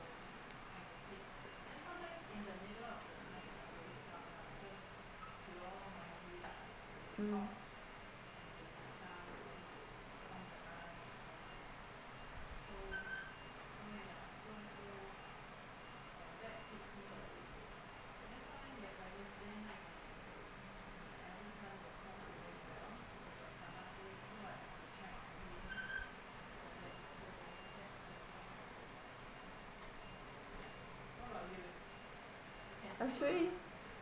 mm actually